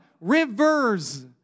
Rivers